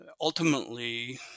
ultimately